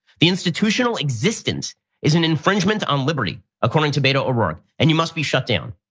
the institutional existence is an infringement on liberty, according to beto o' rourke, and you must be shut down.